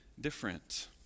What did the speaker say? different